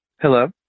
Hello